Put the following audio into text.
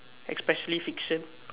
especially fiction